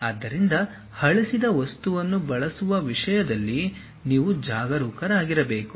ಆದ್ದರಿಂದ ಅಳಿಸಿದ ವಸ್ತುವನ್ನು ಬಳಸುವ ವಿಷಯದಲ್ಲಿ ನೀವು ಜಾಗರೂಕರಾಗಿರಬೇಕು